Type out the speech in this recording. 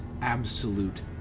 absolute